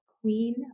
queen